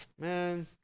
Man